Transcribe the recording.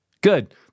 Good